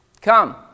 come